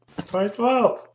2012